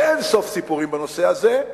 ואין-סוף סיפורים בנושא הזה.